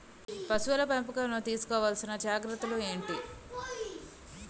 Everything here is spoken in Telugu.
పశువుల పెంపకంలో తీసుకోవల్సిన జాగ్రత్తలు ఏంటి?